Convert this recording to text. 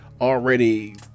already